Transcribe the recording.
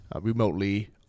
remotely